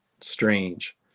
strange